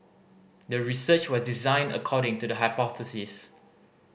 the research was designed according to the hypothesis